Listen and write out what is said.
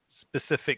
specific